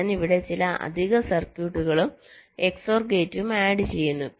ഞാൻ ഇവിടെ ചില അധിക സർക്യൂട്ടുകളും XOR ഗേറ്റും ആഡ് ചെയ്യുന്നു